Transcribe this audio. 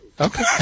Okay